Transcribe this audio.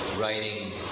writing